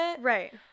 Right